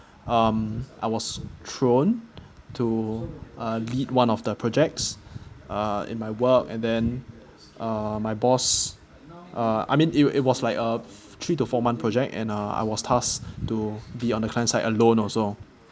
um I was thrown to uh lead one of the projects uh in my work and then uh my boss uh I mean it it was like a three to four months project and uh I was tasked to be on the clients side alone also